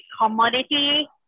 commodity